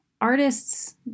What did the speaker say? artists